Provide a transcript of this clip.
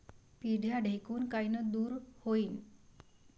पिढ्या ढेकूण कायनं दूर होईन?